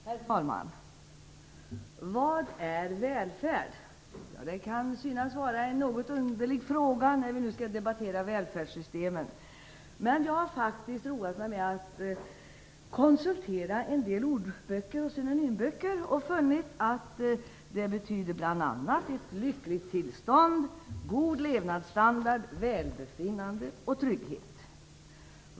Herr talman! Vad är välfärd? Det kan synas vara en något underlig fråga när vi skall debattera välfärdssystemen. Jag har roat mig med att konsultera en del ordböcker och funnit att ordet betyder bl.a. ett lyckligt tillstånd, god levnadsstandard, välbefinnande och trygghet.